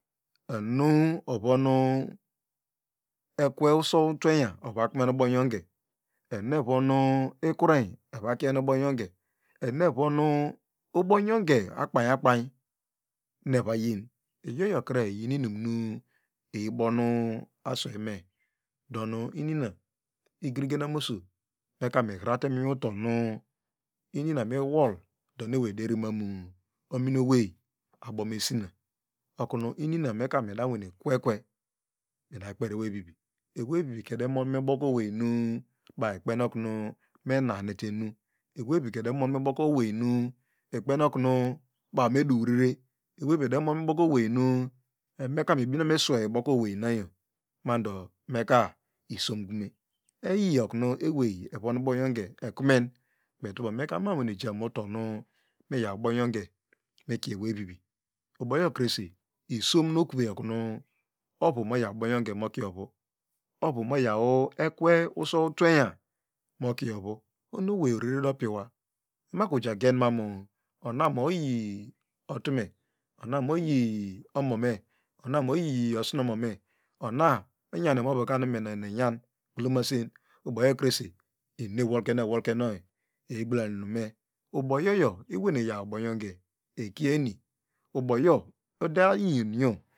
Onunu evono ekwe usow twenyan ovakmen ubongonge enu evon ikureiny evo kien ubongonge enu evon ubongonge akpany akpany neva yin iyoyokre iyi nuinum nu eyi bonu aswey me do nu inina igiririgena oso meka mi irate muto nu inina miwol so no ewey ederi mamu omin owey abo mesina okunu inina meka midam nwene kwe ekue modakperi owey vivi ewey vivi ka eda monme no owey nu baw ikpenokunu enahinete nu way vivi ka eda monme bo owey nu baw ikpenokunu enahinete nu way vivi ka eda mon mete ubo owey nu ikpenoku baw me du rere ewey vivi eda mon mete ubo owey nu eda meka menine okunu mesway bo owey nayo mando meka isiomkime eyi oku owey evo nu bonyonge ekmen kpey tubo meka monwane ja muto nu iyaw bongonge mikie asewey vivi ubonyo kress isomnokie ovu ovu miyaw ekwe usow twenyan mokie ovu ohonu oweyo oreredo piwa enaku ejagen manu ona moyi otume ona oyi omome ona oyi osino mome ona inyan imovuka menoyi inyaw gbolomase ubongonge ikieni uboyo ude anyenyo